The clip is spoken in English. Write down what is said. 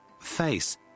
Face